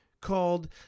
called